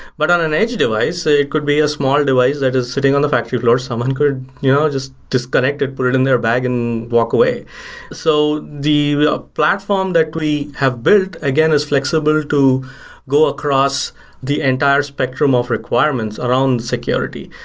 but on an edge device, ah it could be a small device that is sitting on the factory floor, someone could you know just disconnect it, put it in their bag and walk away so the the platform that we have built again is flexible to go across the entire spectrum of requirements around security,